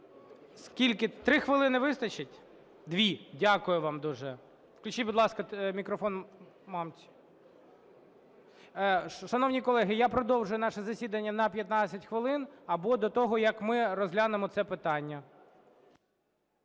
– 3 хвилини вистачить? Дві. Дякую вам дуже. Включіть, будь ласка, мікрофон Мамці. Шановні колеги, я продовжую наше засідання на 15 хвилин або до того, як ми розглянемо це питання.